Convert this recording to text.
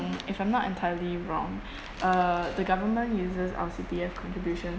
if I'm not entirely wrong uh the government uses our C_P_F contributions